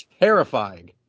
Terrifying